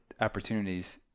opportunities